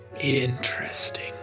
Interesting